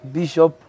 Bishop